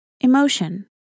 emotion